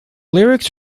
lyrics